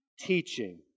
teaching